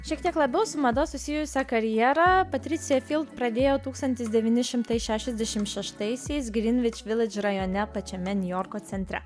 šiek tiek labiau su mada susijusią karjerą patricija pradėjo tūkstantis devyni šimtai šešiasdešim šeštaisiais grinvič rajone pačiame niujorko centre